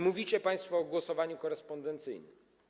Mówicie państwo o głosowaniu korespondencyjnym.